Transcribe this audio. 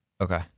Okay